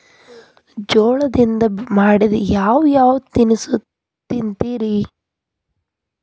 ಜೋಳದಿಂದ ಮಾಡಿದ ಯಾವ್ ಯಾವ್ ತಿನಸು ತಿಂತಿರಿ?